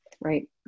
right